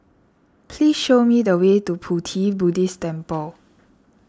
please show me the way to Pu Ti Buddhist Temple